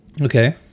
Okay